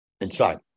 inside